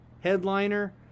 headliner